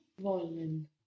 wollen